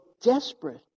desperate